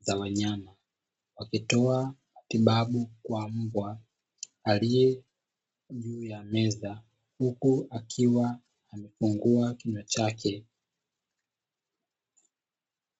za wanyama wakitoa matibabu kwa mbwa aliyekaa juu ya meza, huku akiwa amefungua kinywa chake.